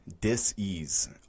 Disease